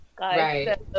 Right